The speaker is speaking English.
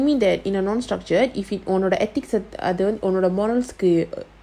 no so you telling me that in a non structured if உன்னோட:unnoda